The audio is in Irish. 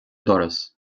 doras